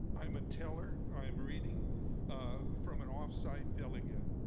i'm a teller. i'm reading from an off-site delegate.